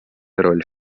роль